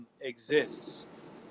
exists